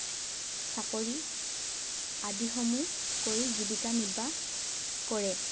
চাকৰি আদি সমূহ কৰি জীৱিকা নিৰ্বাহ কৰে